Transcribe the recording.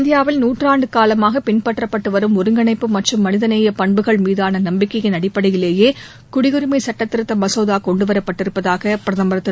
இந்தியாவில் நூற்றாண்டு காலமாக பின்பற்றப்பட்டு வரும் ஒருங்கிணைப்பு மற்றும் மனிதநேய மீதான நம்பிக்கையின் அடிப்படையிலேயே குடியுரிமை சட்டத்திருத்த பண்புகள் மசோதா கொண்டுவரப்பட்டிருப்பதாக பிரதமர் திரு